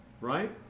right